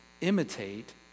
imitate